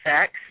sex